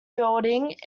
building